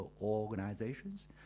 organizations